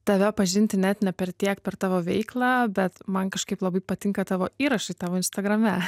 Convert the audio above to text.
tave pažinti net ne per tiek per tavo veiklą bet man kažkaip labai patinka tavo įrašai tavo instagrame